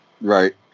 Right